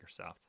Microsoft